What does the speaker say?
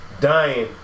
dying